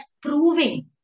proving